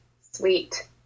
sweet